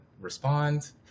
respond